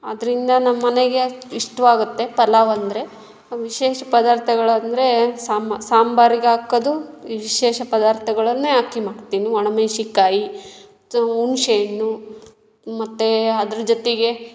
ಅದರಿಂದ ನಮ್ಮ ಮನೆಗೆ ಇಷ್ಟವಾಗುತ್ತೆ ಪಲಾವ್ ಅಂದರೆ ವಿಶೇಷ ಪದಾರ್ಥಗಳು ಅಂದರೆ ಸಾಮ ಸಾಂಬಾರಿಗೆ ಹಾಕೋದು ವಿಶೇಷ ಪದಾರ್ಥಗಳನ್ನೇ ಹಾಕಿ ಮಾಡ್ತೀನಿ ಒಣಮೆಣ್ಸಿನ ಕಾಯಿ ತ್ ಹುಣ್ಶೆ ಹಣ್ಣು ಮತ್ತು ಅದ್ರ ಜೊತೆಗೆ